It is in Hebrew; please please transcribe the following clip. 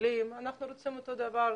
אנחנו נושמים אותו.